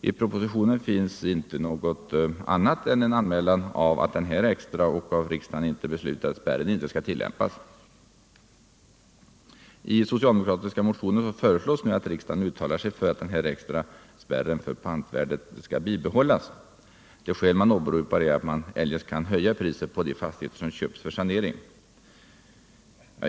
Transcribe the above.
I propositionen finns inte något annat än en anmälan av att den här extra. av riksdagen inte beslutade, spärren inte skall tillämpas. I en socialdemokratisk motion föreslås nu att riksdagen uttalar sig för att den här extra spärren för pantvärdet skall bibehållas. Det skäl man åberopar är att man eljest kan höja priset på de fastigheter som köps för sancring.